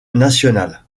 nationale